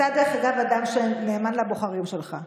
דרך אגב, אתה אדם שנאמן לבוחרים שלו.